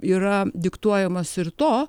yra diktuojamas ir to